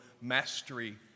mastery